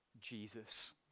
Jesus